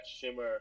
shimmer